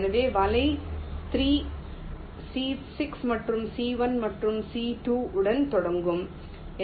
எனவே வலை 3 C 6 மற்றும் C 1 மற்றும் C 2 உடன் தொடங்கும்